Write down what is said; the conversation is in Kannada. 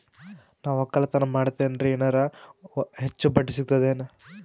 ನಾ ಒಕ್ಕಲತನ ಮಾಡತೆನ್ರಿ ಎನೆರ ಹೆಚ್ಚ ಬಡ್ಡಿ ಸಿಗತದೇನು?